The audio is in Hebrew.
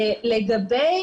לגבי